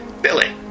Billy